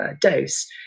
dose